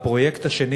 הפרויקט השני,